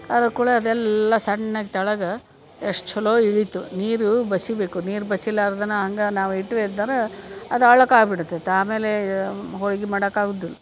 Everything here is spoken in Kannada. ಅದಕುಳ ಅದೆಲ್ಲ ಸಣ್ಣಗೆ ತೆಳಗ ಎಷ್ಟು ಚಲೋ ಇಳೀತು ನೀರು ಬಸಿಬೇಕು ನೀರು ಬಸಿಲಾರ್ದನ ಹಂಗ ನಾವು ಇಟ್ವಿ ಎಂದರ ಅದಾ ಅಳಕ್ಕೆ ಆಗ್ಬಿಡ್ತೈತೆ ಆಮೇಲೆ ಹೋಳ್ಗಿ ಮಾಡಾಕೆ ಆಗುದಿಲ್ಲ